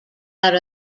out